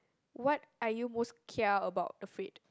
what are you most care about afraid